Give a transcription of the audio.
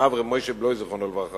הרב ר' משה בלוי זיכרונו לברכה,